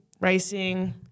racing